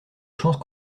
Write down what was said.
chances